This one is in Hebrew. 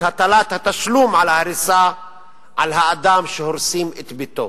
הטלת התשלום על ההריסה על האדם שהורסים את ביתו.